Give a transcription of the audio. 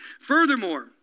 Furthermore